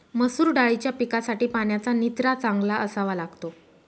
मसूर दाळीच्या पिकासाठी पाण्याचा निचरा चांगला असावा लागतो